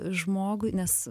žmogui nes